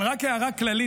אבל רק הערה כללית,